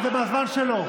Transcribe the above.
זה בזמן שלו.